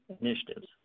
initiatives